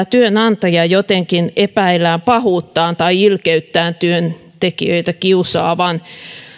työnantajien jotenkin epäillään pahuuttaan tai ilkeyttään työntekijöitä kiusaavan